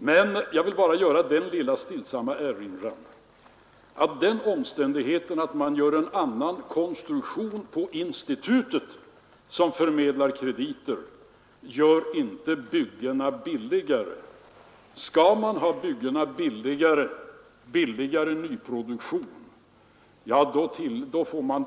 Men jag vill bara göra den lilla stillsamma erinran att den omständigheten att det blir en annan konstruktion av institutet som förmedlar krediter inte gör byggena billigare. Skall man ha billigare nyproduktion får man